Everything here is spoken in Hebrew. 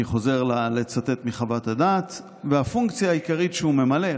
אני חוזר לצטט מחוות הדעת: "והפונקציה העיקרית שהוא ממלא",